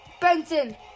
Benson